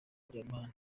habyarimana